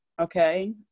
Okay